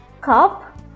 Cup